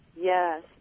Yes